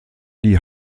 die